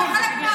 זה חלק מהרפורמה,